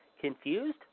Confused